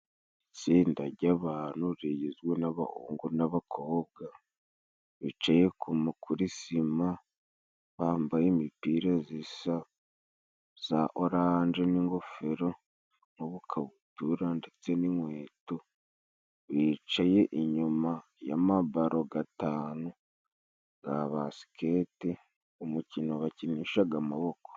Itsinda jy'abantu rigizwe n'abahungu n'abakobwa bicaye kuri sima, bambaye imipira zisa za oranje n'ingofero n'ubukabutura ndetse n'inkweto, bicaye inyuma y'amabaro gatanu za baskete, umukino bakinishaga amaboko.